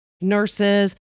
nurses